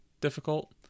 difficult